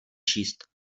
číst